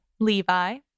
Levi